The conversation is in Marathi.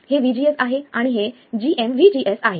हे VGS आहे आणि हे gmvgs आहे